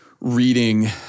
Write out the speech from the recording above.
reading